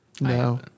No